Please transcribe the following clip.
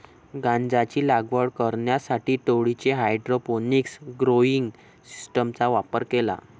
गांजाची लागवड करण्यासाठी टोळीने हायड्रोपोनिक्स ग्रोइंग सिस्टीमचा वापर केला